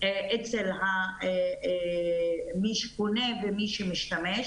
אצל מי שקונה ומי שמשתמש,